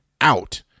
out